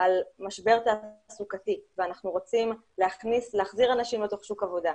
על משבר תעסוקתי ואנחנו רוצים להחזיר אנשים לשוק העבודה,